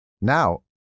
Now